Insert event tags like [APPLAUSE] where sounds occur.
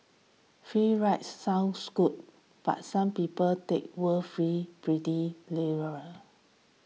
free rides sound good but some people take word free pretty [UNINTELLIGIBLE]